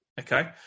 okay